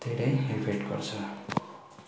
धेरै इफेक्ट गर्छ